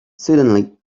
suddenly